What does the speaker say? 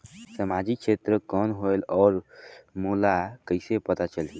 समाजिक क्षेत्र कौन होएल? और मोला कइसे पता चलही?